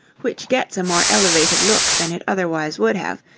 which gets a more elevated look than it otherwise would have,